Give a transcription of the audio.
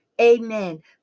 Amen